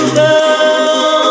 love